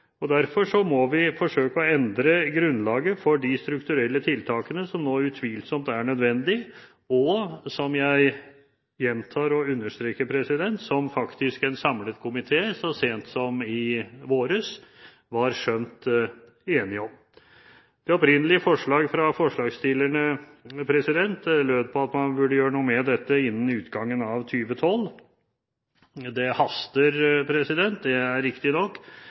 Derfor må vi forsøke å endre grunnlaget for de strukturelle tiltakene som nå utvilsomt er nødvendige, og som jeg gjentar og understreker, som faktisk en samlet komité så sent som i våres, var skjønt enig om. Det opprinnelige forslaget fra forslagsstillerne lød på at man burde gjøre noe med dette innen utgangen av 2012. Det haster, det er riktig nok,